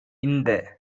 இந்த